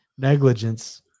negligence